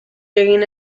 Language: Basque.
egin